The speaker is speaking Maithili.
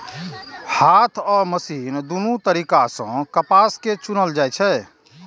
हाथ आ मशीन दुनू तरीका सं कपास कें चुनल जाइ छै